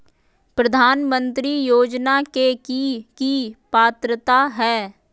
प्रधानमंत्री योजना के की की पात्रता है?